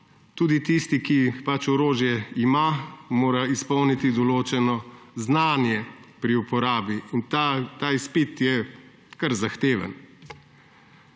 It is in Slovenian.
Tudi tisti, ki orožje ima, mora izpolniti določeno znanje pri uporabi. In ta izpit je kar zahteven.